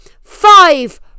five